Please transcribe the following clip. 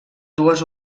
dues